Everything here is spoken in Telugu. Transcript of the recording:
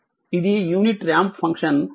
ఇది యూనిట్ రాంప్ ఫంక్షన్ r